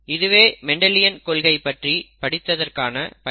இதுவே மெண்டலியன் கொள்கை பற்றி படித்ததற்கான பயன்